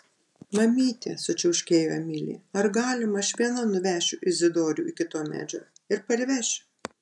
mamyte sučiauškėjo emilija ar galima aš viena nuvešiu izidorių iki to medžio ir parvešiu